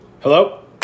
Hello